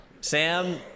Sam